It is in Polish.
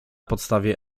podstawie